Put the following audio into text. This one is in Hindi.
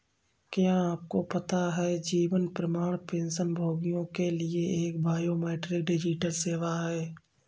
क्या आपको पता है जीवन प्रमाण पेंशनभोगियों के लिए एक बायोमेट्रिक डिजिटल सेवा है?